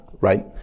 right